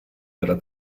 della